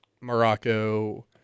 Morocco